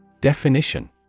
Definition